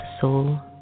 soul